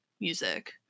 music